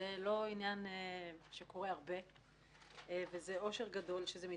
זה לא עניין שקורה הרבה וזה אושר גדול כשזה מתאפשר.